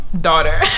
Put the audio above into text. daughter